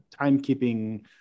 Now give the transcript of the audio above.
timekeeping